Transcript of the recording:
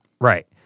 Right